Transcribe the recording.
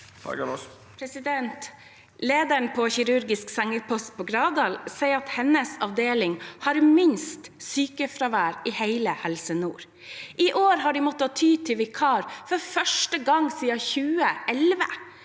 Lederen på kirurgisk sengepost på sykehuset på Gravdal sier at hennes avdeling har minst sykefravær i hele Helse Nord. I år har de måttet ty til vikar for første gang siden 2011.